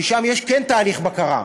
ששם יש תהליך בקרה.